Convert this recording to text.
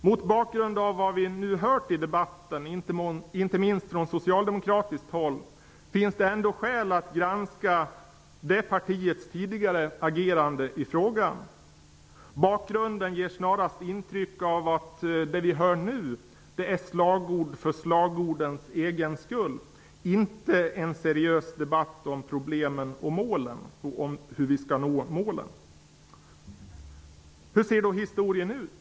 Mot bakgrund av vad vi nu hört i debatten, inte minst från socialdemokratiskt håll, finns det ändå skäl att granska det partiets tidigare agerande i frågan. Bakgrunden ger snarast intryck av att det vi hör nu är slagord för slagordens egen skull, inte en seriös debatt om problemen och målen och om hur vi skall nå målen. Hur ser då historien ut?